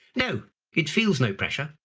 no it feels no pressure.